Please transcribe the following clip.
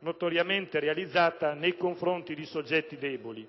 notoriamente realizzata nei confronti di soggetti deboli.